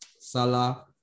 Salah